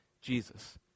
Jesus